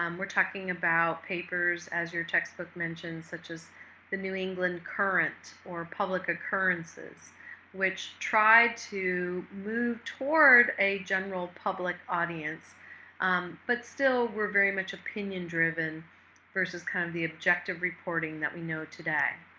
um we're talking about papers, as your textbook mentions, such as the new england courant or publick occurrences which tried to move toward a general public audience but still were very much opinion driven versus kind of the objective reporting that we know today.